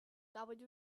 covered